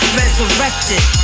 resurrected